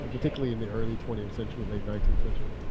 ah particularly in the early twentieth century, late nineteenth century?